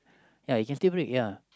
ya it can still break ya